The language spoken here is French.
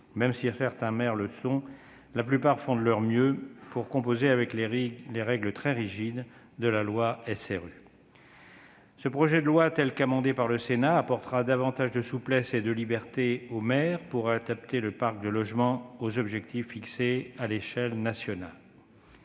Même si certains maires le sont, la plupart font de leur mieux pour composer avec les règles très rigides de la loi SRU. Ce projet de loi tel qu'amendé par le Sénat apportera davantage de souplesse et de liberté aux maires pour adapter le parc de logements aux objectifs fixés à l'échelle nationale.